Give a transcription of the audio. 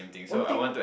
one thing